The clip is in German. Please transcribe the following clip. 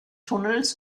tunnels